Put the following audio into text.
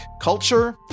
culture